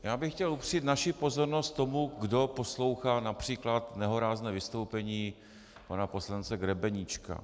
Já bych chtěl upřít naši pozornost k tomu, kdo poslouchá například nehorázné vystoupení pana poslance Grebeníčka.